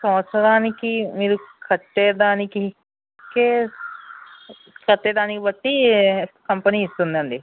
సంవత్సరానికి మీరు కట్టే దానికి కట్టేదానిని బట్టి కంపెనీ ఇస్తుంది అండి